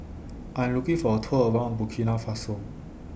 I Am looking For A Tour around Burkina Faso